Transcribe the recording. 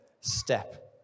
step